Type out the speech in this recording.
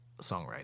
songwriting